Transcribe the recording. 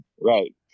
Right